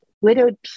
widowed